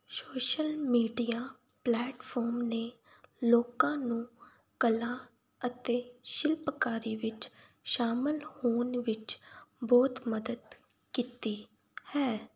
social media platform ਨੇ ਲੋਕਾਂ ਨੂੰ ਕਲਾ ਅਤੇ ਸ਼ਿਲਪਕਾਰੀ ਵਿੱਚ ਸ਼ਾਮਲ ਹੋਣ ਵਿੱਚ ਬਹੁਤ ਮਦਦ ਕੀਤੀ ਹੈ